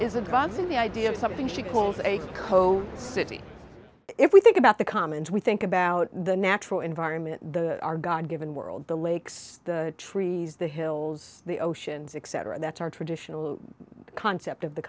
advancing the idea of something she calls a code city if we think about the commons we think about the natural environment the our god given world the lakes the trees the hills the oceans excedrin that's our traditional concept of the